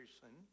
person